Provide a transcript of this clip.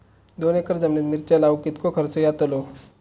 दोन एकर जमिनीत मिरचे लाऊक कितको खर्च यातलो?